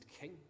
king